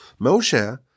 Moshe